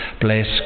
bless